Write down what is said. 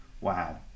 Wow